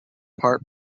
part